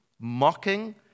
mocking